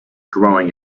growing